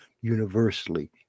universally